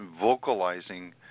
vocalizing